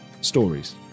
stories